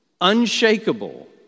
unshakable